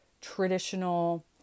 traditional